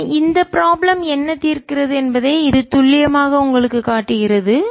மேலும் இந்த ப்ராப்ளம் என்ன தீர்க்கிறது என்பதை இது துல்லியமாக உங்களுக்குக் காட்டுகிறது